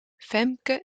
femke